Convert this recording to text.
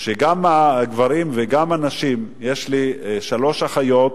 שבו גם הגברים וגם הנשים, יש לי שלוש אחיות,